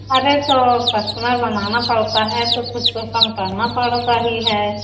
अरे तो कस्टमर बनाना पड़ता है तो कुछ तो कम करना पड़ता ही है